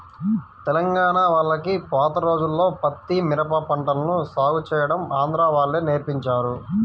తెలంగాణా వాళ్లకి పాత రోజుల్లో పత్తి, మిరప పంటలను సాగు చేయడం ఆంధ్రా వాళ్ళే నేర్పించారు